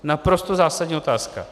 Naprosto zásadní otázka.